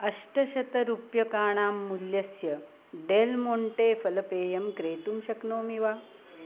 अष्टशतं रूप्यकाणां मुल्यस्य डेल् मोण्टे फलपेयं क्रेतुं शक्नोमि वा